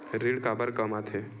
ऋण काबर कम आथे?